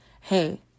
Hey